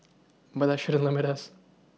but that shouldn't limit us